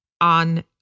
on